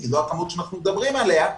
כי זו הכמות שאנחנו מדברים עליה,